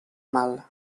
mal